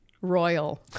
royal